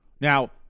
now